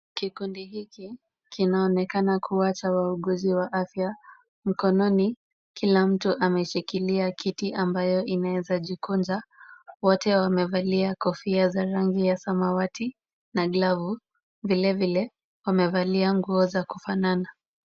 Kikundi hiki kinaonekana kuwa cha wauguzi wa afya, mkononi kila mtu ameshikilia kiti ambayo kinaweza jikunja. Wote wamevalia Kofia za rangi ya samawati na glavu, vilevile wamevalia nguo za kufanana.